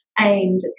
aimed